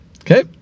Okay